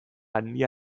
handia